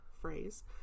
phrase